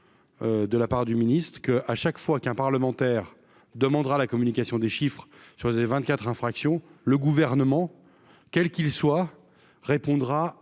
de la part du ministre que à chaque fois qu'un parlementaire demandera la communication des chiffres José 24 infraction le gouvernement quel qu'il soit répondra à